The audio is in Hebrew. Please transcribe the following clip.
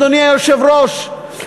אדוני היושב-ראש,